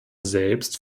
selbst